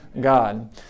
God